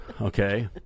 Okay